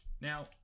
Now